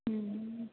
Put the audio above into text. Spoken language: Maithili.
हुँ